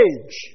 Age